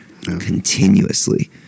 continuously